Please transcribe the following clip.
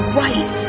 right